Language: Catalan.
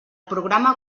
programa